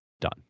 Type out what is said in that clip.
done